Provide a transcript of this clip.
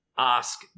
ask